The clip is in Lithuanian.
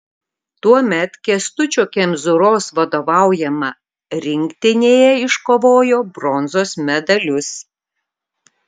tuomet kęstučio kemzūros vadovaujama rinktinėje iškovojo bronzos medalius